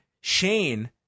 Shane